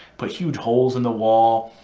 put huge holes in the wall.